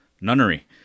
nunnery